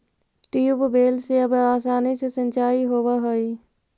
tubewell से अब आसानी से सिंचाई होवऽ हइ